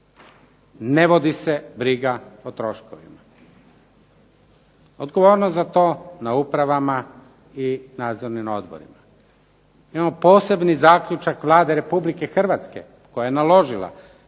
Ne vodi se briga o troškovima. Odgovornost za to na upravama i nadzornim odborima. Imamo posebni zaključak Vlade Republike Hrvatske koja je naložila